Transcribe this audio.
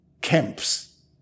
camps